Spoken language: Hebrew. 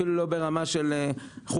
אפילו לא ברמה של חופשה.